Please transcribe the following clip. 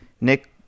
Nick